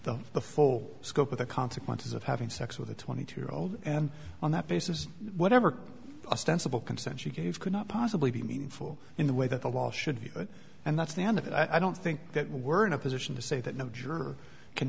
the the full scope of the consequences of having sex with a twenty two year old and on that basis whatever ostensible consent she gave could not possibly be meaningful in the way that the law should view it and that's the end of it i don't think that we're in a position to say that no juror can